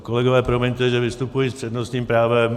Kolegové, promiňte, že vystupuji s přednostním právem.